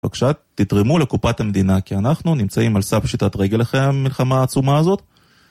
בבקשה תתרמו לקופת המדינה כי אנחנו נמצאים על סף פשיטת רגל אחרי המלחמה העצומה הזאת